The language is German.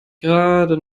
gerade